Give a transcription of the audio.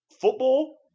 Football